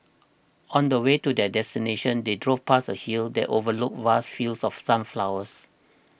on the way to their destination they drove past a hill that overlooked vast fields of sunflowers